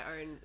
own